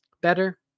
better